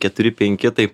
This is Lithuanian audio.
keturi penki tai